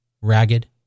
ragged